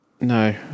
No